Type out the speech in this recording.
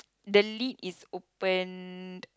the lid is opened